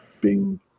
Bing